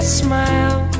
smile